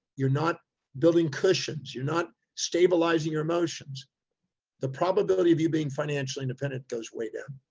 you're not building cushions, you're not stabilizing your emotions the probability of you being financially independent goes way down.